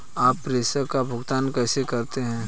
आप प्रेषण का भुगतान कैसे करते हैं?